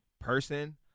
person